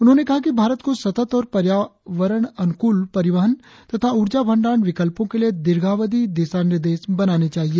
उन्होंने कहा कि भारत को सतत और पर्यावरण अनुकूल परिवहन तथा ऊर्जा भंडारण विकल्पों के लिए दीर्घावधि दिशा निर्देश बनाने चाहिए